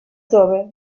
jove